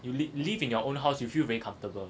you live in your own house you feel very comfortable